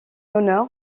honneur